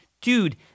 dude